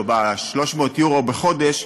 או ב-300 יורו בחודש,